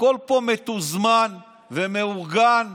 הכול פה מתוזמן ומאורגן,